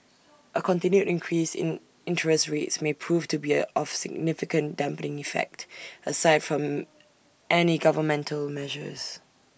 A continued increase in interest rates may prove to be of significant dampening effect aside from any governmental measures